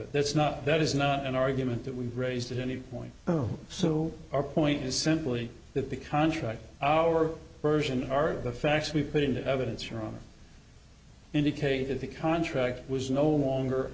it that's not that is not an argument that we've raised at any point zero so our point is simply that the contract our version are the facts we put into evidence from indicated the contract was no longer